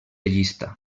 llista